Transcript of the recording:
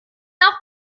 auch